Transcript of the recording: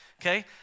Okay